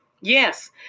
yes